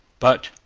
but,